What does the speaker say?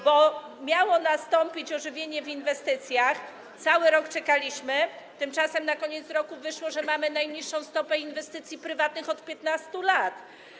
bo miało nastąpić ożywienie w inwestycjach, cały rok czekaliśmy, tymczasem na koniec roku wyszło, że mamy najniższą stopę inwestycji prywatnych od 15 lat.